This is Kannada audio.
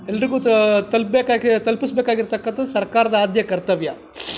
ಎಲ್ರಿಗೂ ತಲುಪ್ಬೇಕಾಗಿ ತಲ್ಪಸ್ಬೇಕಾಗಿರ್ತಕ್ಕಂಥದ್ದು ಸರ್ಕಾರದ ಆದ್ಯ ಕರ್ತವ್ಯ